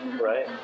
Right